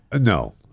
No